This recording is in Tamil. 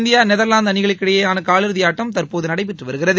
இந்தியா நெதர்லாந்து அணிகளுக்கு இடையேயான காலிறுதி ஆட்டம் தற்போது நடைபெற்று வருகிறது